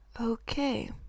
Okay